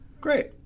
Great